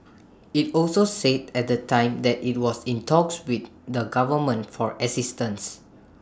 IT also said at the time that IT was in talks with the government for assistance